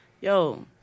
Yo